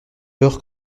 peur